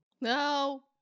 No